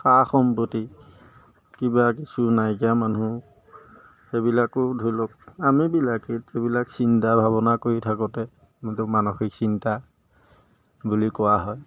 সা সম্পত্তি কিবা কিছু নাইকীয়া মানুহেও সেইবিলাকো ধৰি লওক আমিবিলাকেই সেইবিলাক চিন্তা ভাবনা কৰি থাকোঁতে মানসিক চিন্তা বুলি কোৱা হয়